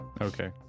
Okay